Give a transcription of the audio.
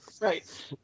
Right